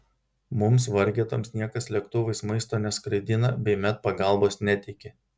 mums vargetoms niekas lėktuvais maisto neskraidina bei medpagalbos neteikia